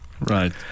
right